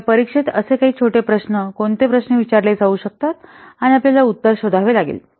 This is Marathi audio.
तर परीक्षेत असे काही छोटे प्रश्न कोणते प्रश्न विचारले जाऊ शकतात आणि आपल्याला उत्तर शोधावे लागेल